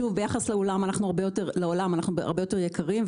שוב, ביחס לעולם, אנחנו הרבה יותר יקרים.